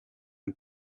and